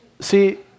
see